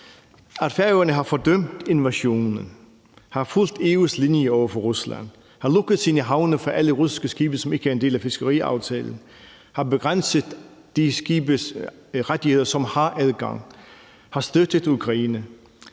At Færøerne har fordømt invasionen, fulgt EU's linje over for Rusland, lukket sine havne for alle russiske skibe, som ikke er en del af fiskeriaftalen, begrænset de skibes rettigheder, som har adgang, og støttet Ukraine,